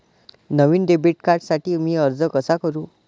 नवीन debit कार्डसाठी मी अर्ज कसा करू?